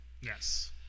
Yes